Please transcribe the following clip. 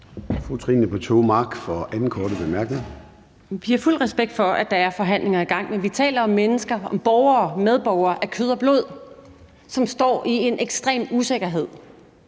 Vi har fuld respekt for, at der er forhandlinger i gang, men vi taler om mennesker, om borgere og medborgere af kød og blod, som står med en ekstrem usikkerhed,